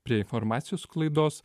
prie informacijos sklaidos